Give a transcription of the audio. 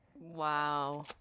Wow